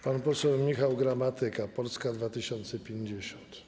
Pan poseł Michał Gramatyka, Polska 2050.